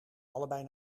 allebei